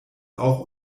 auch